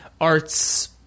arts